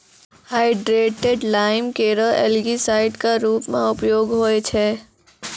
hydrated lime केरो algicide क रूप म उपयोग होय छै